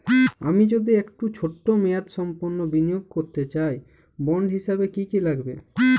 আমি যদি একটু ছোট মেয়াদসম্পন্ন বিনিয়োগ করতে চাই বন্ড হিসেবে কী কী লাগবে?